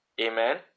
Amen